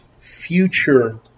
future